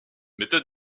méthode